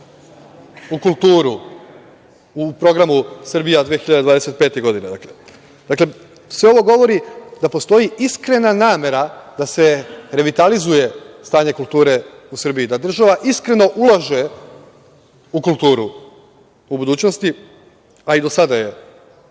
u kulturu, u programu „Srbija 2025. godine“.Dakle, sve ovo govori da postoji iskrena namera da se revitalizuje stanje kulture u Srbiji, da država iskreno ulaže u kulturu u budućnosti, a i do sada je